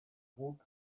guk